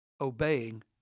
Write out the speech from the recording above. obeying